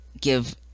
give